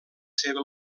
seva